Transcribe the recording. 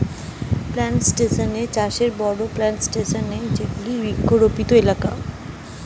plantation চাষে বড়ো plantation এ যেগুলি বৃক্ষরোপিত এলাকা